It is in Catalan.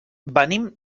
venim